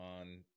on